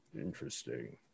Interesting